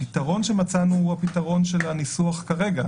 הפתרון שמצאנו הוא הפתרון של הניסוח כרגע.